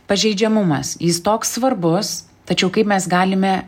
pažeidžiamumas jis toks svarbus tačiau kaip mes galime